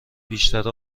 بیشتر